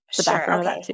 Sure